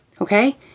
Okay